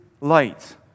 light